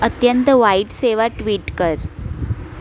अत्यंत वाईट सेवा ट्विट कर